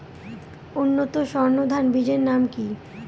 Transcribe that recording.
উন্নত সর্ন ধান বীজের নাম কি?